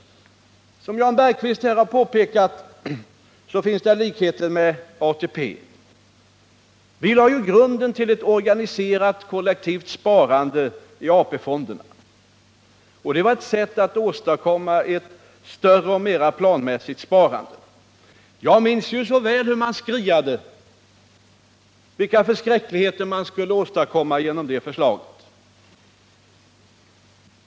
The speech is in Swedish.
Som Jan Bergqvist här har påpekat finns det likheter med ATP. Vi lade ju grunden till ett organiserat, kollektivt sparande i AP-fonderna. Det var ett sätt att åstadkomma ett större och mer planmässigt sparande. Jag minns så väl hur man skriade om vilka förskräckligheter som skulle åstadkommas genom det förslaget.